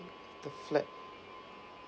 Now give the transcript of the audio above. the flat